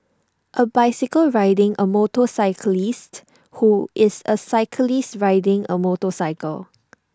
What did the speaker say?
A bicycle riding A motorcyclist who is A cyclist riding A motorcycle